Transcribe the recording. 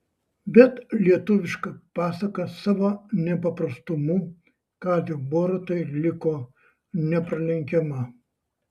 bet lietuviška pasaka savo nepaprastumu kaziui borutai liko nepralenkiama